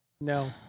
no